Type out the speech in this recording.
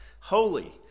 holy